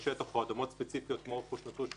אדמות ספציפיות כמו רכוש נטוש שהוא עושה.